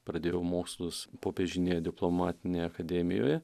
pradėjau mokslus popiežinėje diplomatinėje akademijoje